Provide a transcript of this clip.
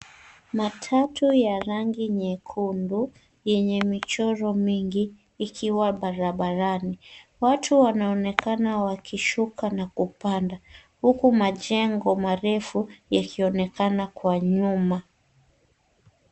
Matatu ya rangi nyekundu yenye michoro mingi ikiwa barabarani. Watu wanaonekana wakishuka na kupanda, huku majengo marefu yakionekana kwa nyuma.